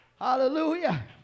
Hallelujah